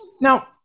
now